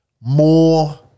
more